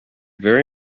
very